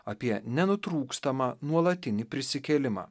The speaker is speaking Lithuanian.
apie nenutrūkstamą nuolatinį prisikėlimą